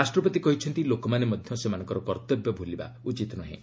ରାଷ୍ଟ୍ରପତି କହିଛନ୍ତି ଲୋକମାନେ ମଧ୍ୟ ସେମାନଙ୍କର କର୍ତ୍ତବ୍ୟ ଭ୍ରଲିବା ଉଚିତ ନୃହେଁ